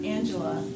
Angela